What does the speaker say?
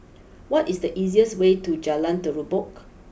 what is the easiest way to Jalan Terubok